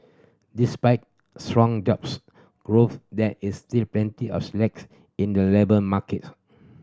despite strong jobs growth there is still plenty of slack in the labour market